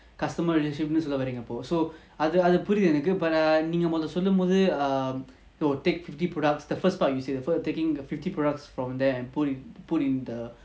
customer relationship சொல்லவரீங்கஅப்போ:solla vareenga apo so அதுஅதுபுரியுதுநீங்கஅதசொல்லும்போது:adhu adhu puriuthu neenga adha sollumpothu err so you take fifty products the first part you said the first taking fifty products from there and put in put in the